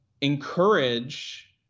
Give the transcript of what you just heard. encourage